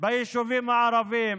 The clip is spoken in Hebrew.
ביישובים הערביים,